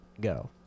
go